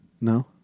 No